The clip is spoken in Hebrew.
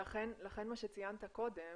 לכן מה שציינת קודם,